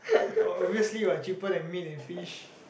ob~ obviously what cheaper than meat and fish